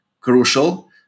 crucial